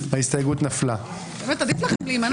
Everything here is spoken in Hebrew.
מי נמנע?